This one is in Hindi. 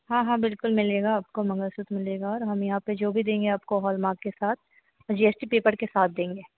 हाँ हाँ बिलकुल मिलेगा आपको मंगलसूत्र मिलेगा और हमें यहाँ पर देंगे हॉलमार्क के साथ जी एस टी पेपर के साथ देंगे